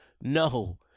no